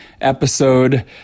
episode